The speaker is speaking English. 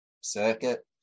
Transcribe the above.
circuit